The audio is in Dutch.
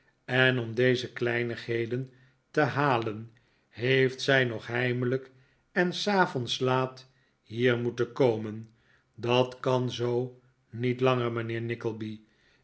en om deze kleinigheden te halen heeft zij nog heimelijk en s avonds laat hier moeten komen dat kan zoo niet langer mijnheer nickleby